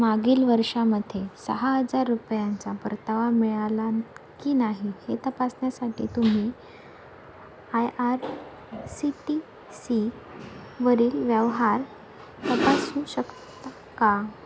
मागील वर्षामध्ये सहा हजार रुपयांचा परतावा मिळाला की नाही हे तपासण्यासाठी तुम्ही I R C T C वरील व्यवहार तपासू शकता का